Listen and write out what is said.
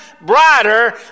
brighter